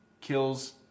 kills